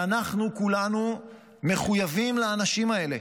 אנחנו כולנו מחויבים לאנשים האלה.